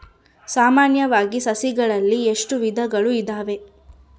ಸಾಮಾನ್ಯವಾಗಿ ಸಸಿಗಳಲ್ಲಿ ಎಷ್ಟು ವಿಧಗಳು ಇದಾವೆ?